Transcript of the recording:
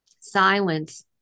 silence